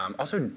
um also,